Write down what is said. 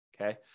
Okay